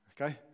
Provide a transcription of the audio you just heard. Okay